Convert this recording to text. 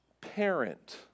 Parent